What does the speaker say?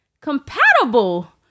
compatible